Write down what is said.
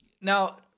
now